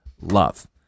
love